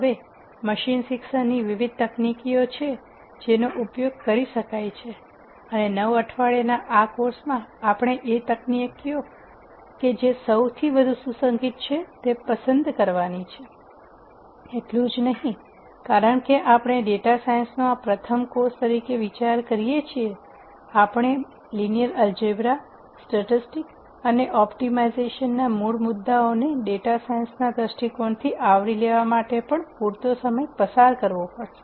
હવે મશીન શિક્ષણની વિવિધ તકનીકીઓ છે જેનો ઉપયોગ કરી શકાય છે અને નવ અઠવાડિયાના કોર્સમાં આપણે તકનીકો કે જે સૌથી વધુ સુસંગત છે તે પસંદ કરવાની છે એટલું જ નહીં કારણ કે આપણે ડેટા સાયન્સનો આ પ્રથમ કોર્સ તરીકે વિચારીએ છીએ આપણે રેખીય બીજગણિત આંકડા અને ઓપ્ટિમાઇઝેશન ના મૂળ મુદ્દાઓને ડેટા સાયન્સના દ્રષ્ટિકોણથી આવરી લેવા માટે પણ પૂરતો સમય પસાર કરવો પડશે